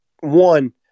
one